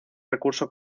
recurso